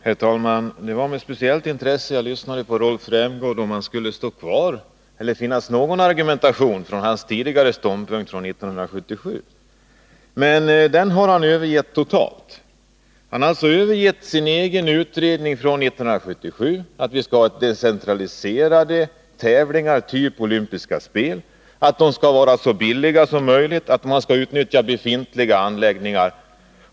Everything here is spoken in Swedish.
Herr talman! Det var med speciellt intresse jag lyssnade för att höra om Rolf Rämgård skulle stå kvar eller åtminstone ha något argument från sin tidigare ståndpunkt av 1977. Men den hade han övergett totalt. Han har alltså övergett förslagen i sin egen utredning från 1977 — att vi skall ha decentraliserade tävlingar, typ olympiska spel, att de skall vara så billiga som möjligt, att man skall utnyttja befintliga anläggningar.